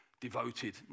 devoted